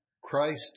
Christ